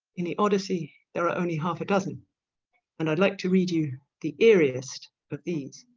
in the odyssey there are only half a dozen and i'd like to read you the eeriest of